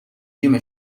جیم